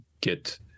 get